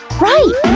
right!